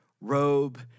robe